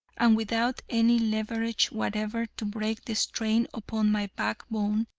and without any leverage whatever to break the strain upon my backbone,